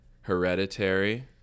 hereditary